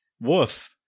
Woof